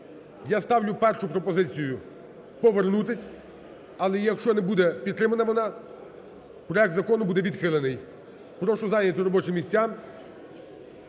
Я ставлю першу пропозицію повернутись. Але якщо не буде підтримана вона, проект закону буде відхилений. Прошу зайняти робочі місця.